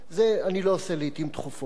את זה אני לא עושה לעתים תכופות.